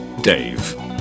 Dave